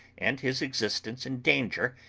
and his existence in danger,